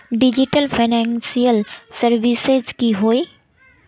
Digital financial services की होय?